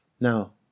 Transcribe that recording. Now